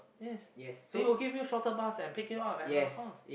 yes they will give you shuttle bus and pick you up at your house